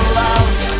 loves